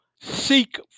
Seek